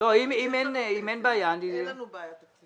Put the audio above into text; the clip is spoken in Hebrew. אם אין בעיה --- אין לנו בעיה תקציבית.